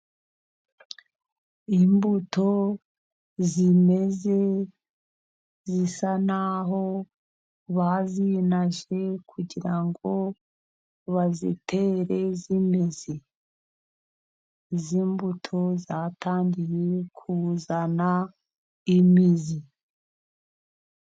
Imbuto zimeze zisa naho bazinaje, kugira ngo bazitere zimeze, izi mbuto zatangiye kuzana imizi.